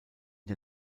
der